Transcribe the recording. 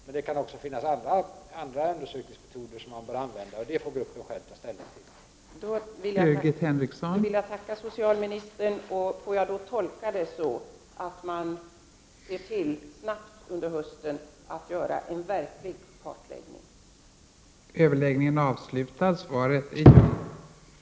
Men det kan också finnas andra undersökningsmetoder som man bör använda, och det får aktionsgruppen själv ta ställning till.